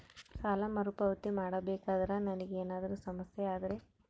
ಸಾಲ ಮರುಪಾವತಿ ಮಾಡಬೇಕಂದ್ರ ನನಗೆ ಏನಾದರೂ ಸಮಸ್ಯೆ ಆದರೆ?